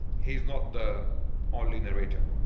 he's not the only narrator